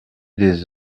des